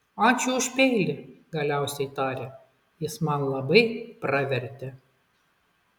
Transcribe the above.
ačiū už peilį galiausiai tarė jis man labai pravertė